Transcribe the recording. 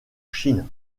chine